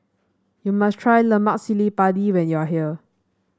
you must try Lemak Cili Padi when you are here